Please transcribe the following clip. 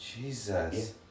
Jesus